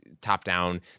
top-down